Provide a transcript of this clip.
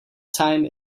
time